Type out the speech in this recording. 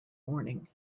morning